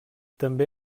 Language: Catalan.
també